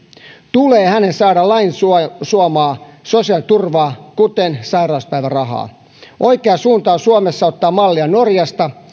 tulee hänen saada lain suomaa suomaa sosiaaliturvaa kuten sairauspäivärahaa oikea suunta on suomessa ottaa mallia norjasta